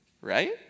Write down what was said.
Right